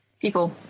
people